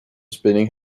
spinning